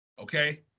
Okay